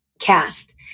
cast